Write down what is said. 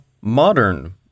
modern